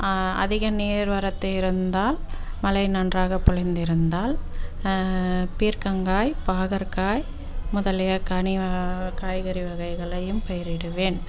அதிக நீர் வரத்து இருந்தால் மழை நன்றாக பொழிந்திருந்தால் பீர்க்கங்காய் பாகற்க்காய் முதலிய கனி காய்கறி வகைகளையும் பயிரிடுவேன்